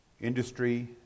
Industry